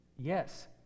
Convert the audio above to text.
Yes